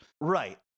Right